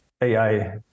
AI